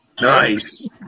Nice